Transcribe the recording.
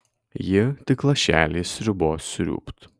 ji tik lašelį sriubos sriūbt